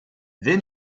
then